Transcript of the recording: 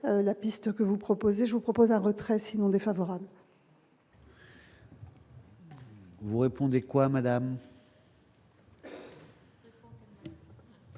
la piste que vous proposez, je vous propose un retrait sinon défavorable. Vous répondez quoi madame.